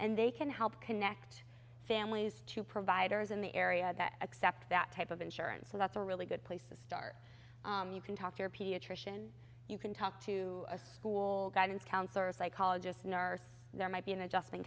and they can help connect families to providers in the area that accept that type of insurance so that's a really good place to start you can talk to your pediatrician you can talk to a school guidance counselor or psychologist nurse there might be an adjustment